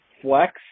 flex